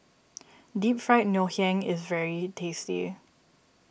Deep Fried Ngoh Hiang is very tasty